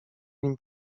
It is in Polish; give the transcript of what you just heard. nim